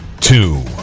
two